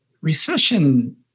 recession